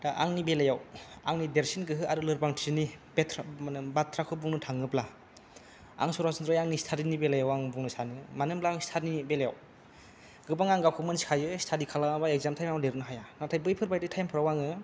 दा आंनि बेलायाव आंनि देरसिन गोहो आरो लोरबांथिनि बाथ्राखौ बुंनो थाङोब्ला आं सरासनस्रायै आंनि स्टादिनि बेलायाव आं बुंनो सानो मानो होनोब्ला आं स्टादिनि बेलायाव गोबां आं गावखौ मोनथिखायो आं स्टादि खालामाबा आं इकजाम टाइमाव लिरनो हाया नाथाय बैफोरबादि टाइमफोराव आङो